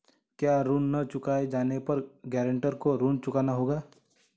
क्या ऋण न चुकाए जाने पर गरेंटर को ऋण चुकाना होता है?